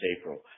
April